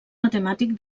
matemàtic